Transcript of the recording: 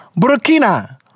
Burkina